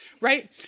Right